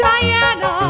Diana